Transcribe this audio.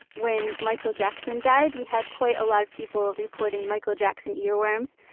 when michael jackson died we had quite a lot of people reporting michael jackson earworms,